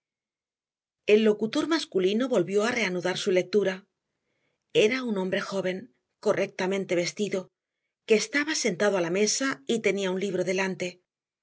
el locutor masculino volvió a reanudar su lectura era un hombre joven correctamente vestido que estaba sentado a la mesa y tenía un libro delante